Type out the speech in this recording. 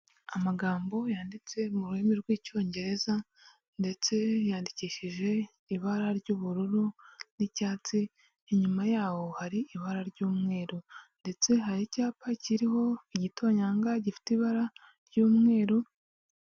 Amagambo yanditse mu rurimi rw'icyongereza ndetse yandikishije ibara ry'ubururu n'icyatsi inyuma yaho hari ibara ry'umweru ndetse hari icyapa kiriho igitonyanga gifite ibara ry'umweru.